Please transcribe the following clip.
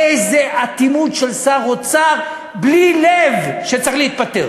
איזו אטימות של שר אוצר, בלי לב, שצריך להתפטר.